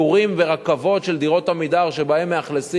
טורים ורכבות של דירות "עמידר" שבהם משכנים